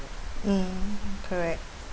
mm correct